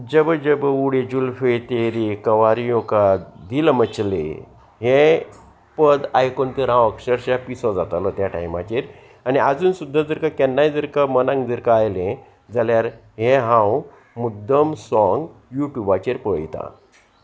जब जब उडी जुलफे तेरी कवार युं का दिल मछले हे पद आयकून तर हांव अक्षरशा पिसो जातालो त्या टायमाचेर आनी आजून सुद्दा जर केन्नाय जर मनाक जर आयलें जाल्यार हें हांव मुद्दम सोंग यू ट्यूबाचेर पळयतां